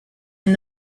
and